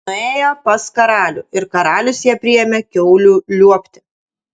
nuėjo pas karalių ir karalius ją priėmė kiaulių liuobti